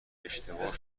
اشتباه